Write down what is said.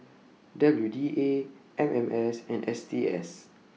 W D A M M S and S T S